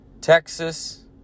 Texas